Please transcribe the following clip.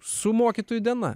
su mokytojų diena